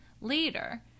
later